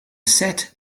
sat